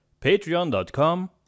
patreon.com